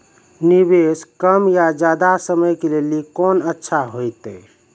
निवेश कम या ज्यादा समय के लेली कोंन अच्छा होइतै?